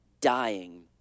dying